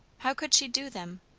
how could she do them?